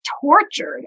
tortured